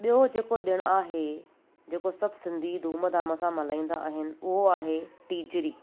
ॿियो जेको ॾिणु आहे जेको सभु सिंधी धूम धाम सां मल्हाईंदा आहिनि उहो आहे टीजड़ी